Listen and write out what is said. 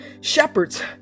shepherds